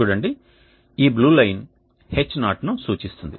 చూడండి ఈ blue line H0 ను సూచిస్తుంది